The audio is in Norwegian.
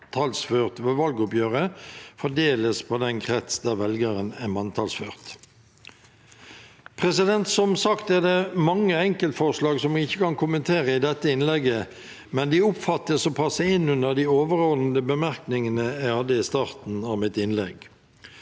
manntallsført ved valgoppgjøret, fordeles på den krets der velgeren er manntallsført.» Som sagt er det mange enkeltforslag som jeg ikke kan kommentere i dette innlegget, men de oppfattes å passe inn under de overordnete bemerkningene jeg hadde i starten av mitt innlegg.